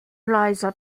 eliza